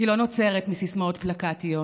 לא נוצרת מסיסמאות פלקטיות.